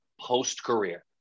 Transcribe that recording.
post-career